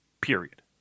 period